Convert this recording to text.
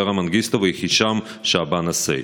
אברה מנגיסטו והישאם א-סייד.